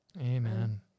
Amen